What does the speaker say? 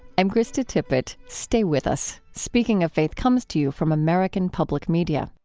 i'm krista tippett. stay with us. speaking of faith comes to you from american public media